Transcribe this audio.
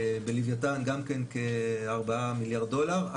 בלווייתן גם כן כ-4 מיליארד דולר.